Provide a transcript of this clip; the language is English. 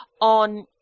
on